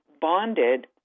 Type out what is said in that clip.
bonded